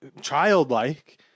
childlike